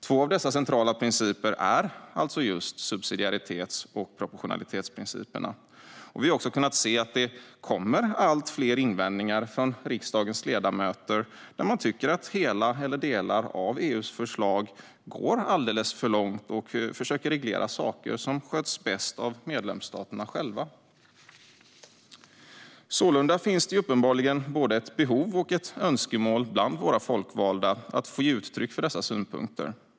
Två av dessa centrala principer är alltså just subsidiaritets och proportionalitetsprinciperna. Vi har också kunnat se att det kommer allt fler invändningar från riksdagens ledamöter där man tycker att hela eller delar av EU:s förslag går alldeles för långt och försöker reglera saker som sköts bäst av medlemsstaterna själva. Sålunda finns det uppenbarligen både ett behov och ett önskemål bland våra folkvalda att få ge uttryck för dessa synpunkter.